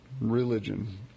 religion